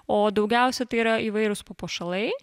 o daugiausia tai yra įvairūs papuošalai